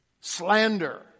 slander